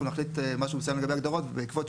נחליט משהו מסוים לגבי הגדרות ובעקבות